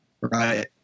right